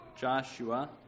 Joshua